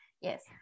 Yes